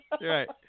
right